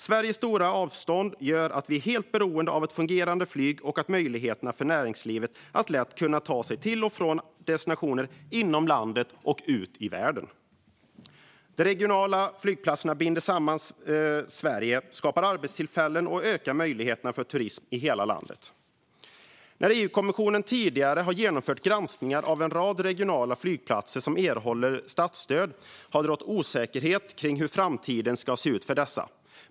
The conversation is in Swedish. Sveriges stora avstånd gör att vi är helt beroende av ett fungerande flyg och möjligheten för människor inom näringslivet att lätt kunna ta sig till och från destinationer inom landet och vidare ut i världen. De regionala flygplatserna binder samman Sverige, skapar arbetstillfällen och ökar möjligheterna till turism i hela landet. När EU-kommissionen tidigare har genomfört granskningar av en rad regionala flygplatser som erhåller statsstöd har det rått osäkerhet kring hur framtiden ska se ut för dessa.